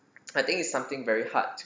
I think it's something very hard